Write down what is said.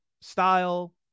style